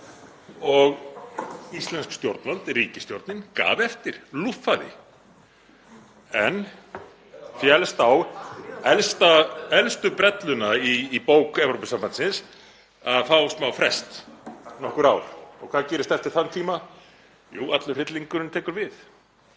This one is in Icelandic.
skemma stemninguna og ríkisstjórnin gaf eftir, lúffaði en féllst á elstu brelluna í bók Evrópusambandsins, að fá smáfrest, nokkur ár. Og hvað gerist eftir þann tíma? Jú, allur hryllingurinn tekur við.